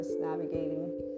navigating